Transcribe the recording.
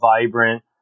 vibrant